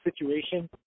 situation